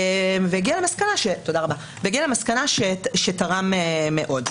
והגיע למסקנה שתרם מאוד.